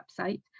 website